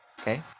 Okay